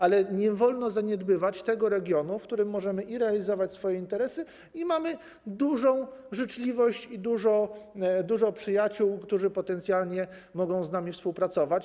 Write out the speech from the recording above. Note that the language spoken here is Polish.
Ale nie wolno zaniedbywać tego regionu, w którym możemy realizować swoje interesy i mamy dużą życzliwość i dużo przyjaciół, którzy potencjalnie mogą z nami współpracować.